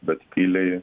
bet tyliai